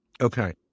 Okay